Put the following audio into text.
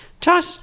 Josh